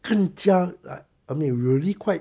更加 I mean really quite